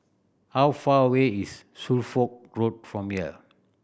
how far away is Suffolk Road from here